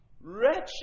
wretched